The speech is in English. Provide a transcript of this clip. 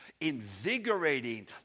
invigorating